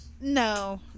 No